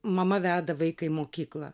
mama veda vaiką mokyklą